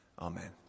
amen